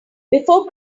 before